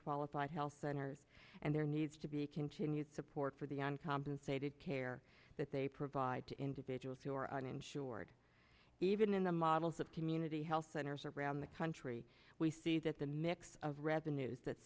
qualified health centers and there needs to be continued support for the uncompensated care that they provide to individuals who are uninsured even in the models of community health centers around the country we see that the mix of revenues that